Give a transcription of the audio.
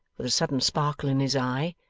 with a sudden sparkle in his eye.